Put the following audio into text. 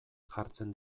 jartzen